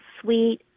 sweet